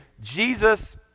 Jesus